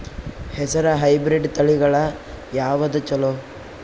ಹೆಸರ ಹೈಬ್ರಿಡ್ ತಳಿಗಳ ಯಾವದು ಚಲೋ?